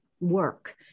work